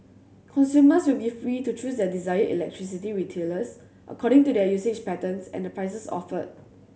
consumers will be free to choose their desired electricity retailers according to their usage patterns and the prices offered